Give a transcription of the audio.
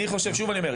יצחק,